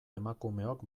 emakumeok